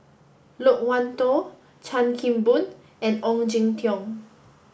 Loke Wan Tho Chan Kim Boon and Ong Jin Teong